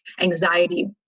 anxiety